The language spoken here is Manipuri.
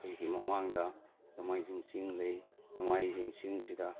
ꯑꯩꯈꯣꯏꯒꯤ ꯃꯃꯥꯡꯗ ꯅꯣꯡꯃꯥꯏꯖꯤꯡ ꯆꯤꯡ ꯂꯩ ꯅꯣꯡꯃꯥꯏꯖꯤꯡ ꯆꯤꯡꯁꯤꯗ